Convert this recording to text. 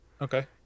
Okay